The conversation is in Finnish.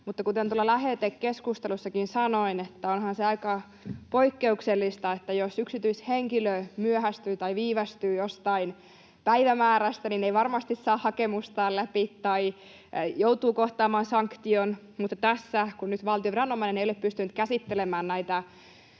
Mutta kuten tuolla lähetekeskustelussakin sanoin, onhan se aika poikkeuksellista, että jos yksityishenkilö myöhästyy tai viivästyy jostain päivämäärästä, niin ei varmasti saa hakemustaan läpi tai joutuu kohtaamaan sanktion, mutta tässä, kun nyt valtion viranomainen ei ole pystynyt käsittelemään näitä